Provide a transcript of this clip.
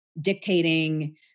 dictating